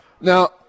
Now